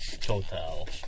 Total